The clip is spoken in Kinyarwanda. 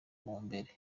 mumbere